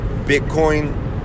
Bitcoin